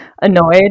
annoyed